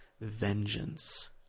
Vengeance